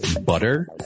butter